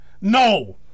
No